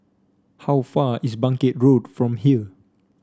how far is Bangkit Road from here